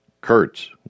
Kurtz